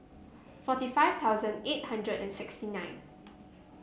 forty five thousand eight hundred and sixty nine